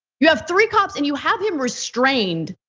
you have three cops and you have him restrained,